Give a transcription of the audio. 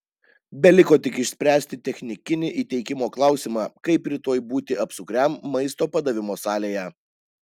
beliko tik išspręsti technikinį įteikimo klausimą kaip rytoj būti apsukriam maisto padavimo salėje